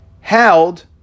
held